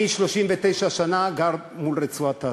אני 39 שנה גר מול רצועת-עזה.